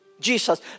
Jesus